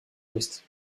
ouest